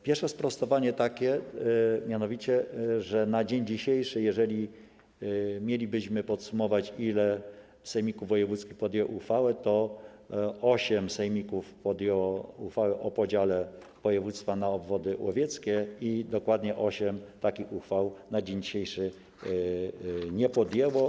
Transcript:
Pierwsze sprostowanie takie mianowicie, że jeżeli mielibyśmy podsumować, ile sejmików wojewódzkich podjęło uchwałę, to osiem sejmików podjęło uchwałę o podziale województwa na obwody łowieckie i dokładnie osiem takich uchwał na dzień dzisiejszy nie podjęło.